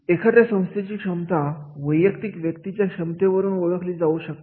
एखाद्या संस्थेची क्षमता वैयक्तिक व्यक्तीच्या क्षमता वरून ओळखली जाउ शकते